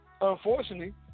unfortunately